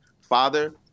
father